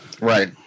right